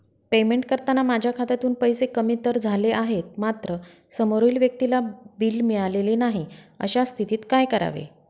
Payment करताना माझ्या खात्यातून पैसे कमी तर झाले आहेत मात्र समोरील व्यक्तीला बिल मिळालेले नाही, अशा स्थितीत काय करावे?